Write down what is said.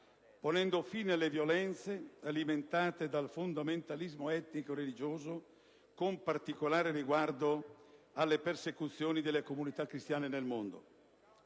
ponendo fine alle violenze, alimentate dal fondamentalismo etnico religioso, con particolare riguardo alle persecuzioni delle comunità cristiane nel mondo.